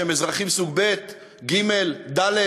שהם אזרחים סוג ב', ג', ד'?